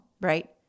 right